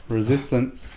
Resistance